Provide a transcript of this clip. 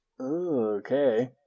Okay